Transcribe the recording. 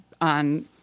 on